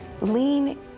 lean